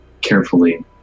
carefully